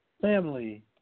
Family